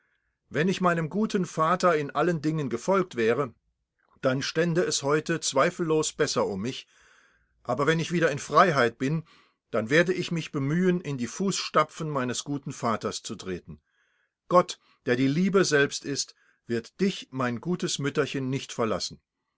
wenn ich meinem guten vater in allen dingen gefolgt wäre dann stände es heute zweifellos besser um mich aber wenn ich wieder in freiheit bin dann werde ich mich bemühen in die fußtapfen meines guten vaters zu treten gott der die liebe selbst ist wird dich mein gutes mütterchen nicht verlassen